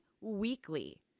weekly